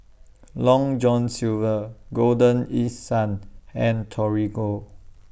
Long John Silver Golden East Sun and Torigo